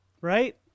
Right